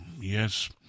yes